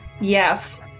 Yes